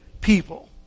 people